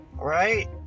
Right